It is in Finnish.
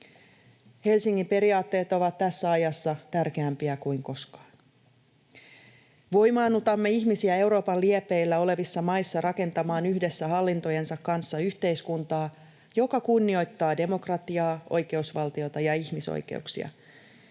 Helsingin periaatteet ovat tässä ajassa tärkeämpiä kuin koskaan. Voimaannutamme ihmisiä Euroopan liepeillä olevissa maissa rakentamaan yhdessä hallintojensa kanssa yhteiskuntaa, joka kunnioittaa demokratiaa, oikeusvaltiota ja ihmisoikeuksia.